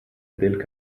del